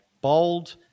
bold